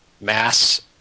mass